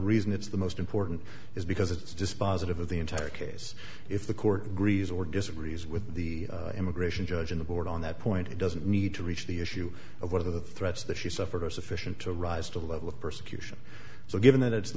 reason it's the most important is because it's dispositive of the entire case if the court agrees or disagrees with the immigration judge in the board on that point it doesn't need to reach the issue of whether the threats that she suffered are sufficient to rise to the level of persecution so given that it's the